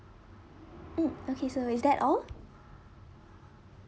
mm okay so is that all